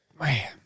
man